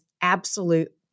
absolute